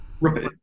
right